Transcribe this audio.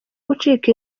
gucika